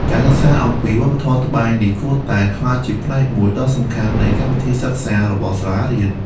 ការសិក្សាអំពីវប្បធម៌ត្បាញនេះគួរតែក្លាយជាផ្នែកមួយដ៏សំខាន់នៃកម្មវិធីសិក្សារបស់សាលារៀន។